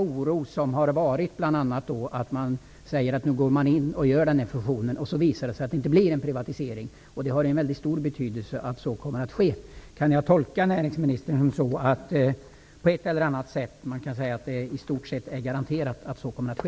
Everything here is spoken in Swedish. Oron har varit stor för att det skall visa sig att det inte blir en privatisering efter det att man gjort denna fusion. Det har en mycket stor betydelse att så sker. Kan jag tolka näringsministern så att det i stort sett är garanterat att så kommer att ske?